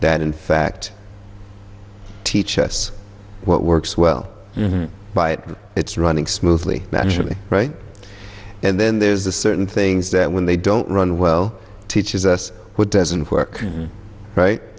that in fact teach us what works well by it it's running smoothly actually and then there's the certain things that when they don't run well teaches us who doesn't work right